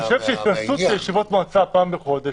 אני חושב שהתכנסות של ישיבות מועצה פעם בחודש.